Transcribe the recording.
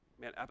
Man